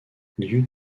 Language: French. liu